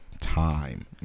time